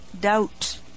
doubt